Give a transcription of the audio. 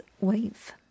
wave